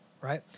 right